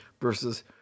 versus